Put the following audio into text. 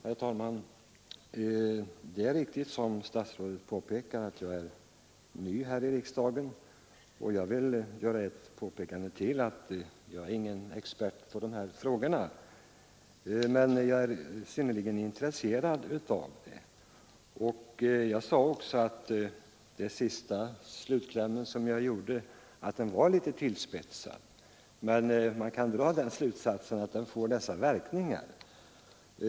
Herr talman! Det är riktigt som statsrådet påpekat, att jag är ny här i riksdagen. Jag kan påpeka en sak till, nämligen att jag inte är någon expert på dessa frågor. Men jag är synnerligen intresserad av dem. Jag sade också att min slutkläm var litet tillspetsad. Men man kan dra den slutsatsen att verkningarna blir de som jag nämnde.